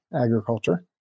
agriculture